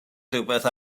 rhywbeth